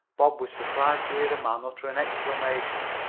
bob was surprised to hear the man utter an exclamation.